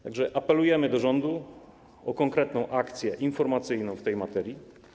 Tak więc apelujemy do rządu o konkretną akcję informacyjną w tej materii.